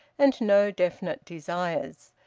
and no definite desires.